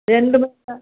ரெண்டும் தான்